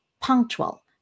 punctual